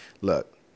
look